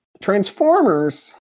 Transformers